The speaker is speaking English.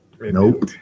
Nope